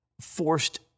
forced